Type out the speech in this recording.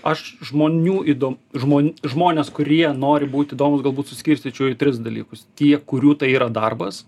aš žmonių įdom žmon žmones kurie nori būti įdomūs galbūt suskirstyčiau į tris dalykus tie kurių tai yra darbas